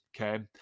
okay